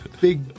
big